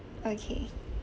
okay